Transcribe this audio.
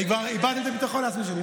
אני כבר איבדתי את הביטחון העצמי שלי.